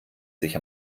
sich